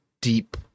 deep